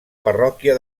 parròquia